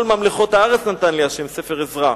כל ממלכות הארץ נתן לי ה' ספר עזרא.